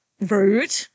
rude